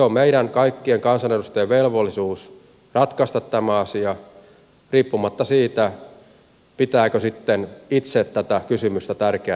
on meidän kaikkien kansanedustajien velvollisuus ratkaista tämä asia riippumatta siitä pitääkö sitten itse tätä kysymystä tärkeänä vai ei